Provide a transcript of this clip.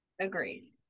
Agreed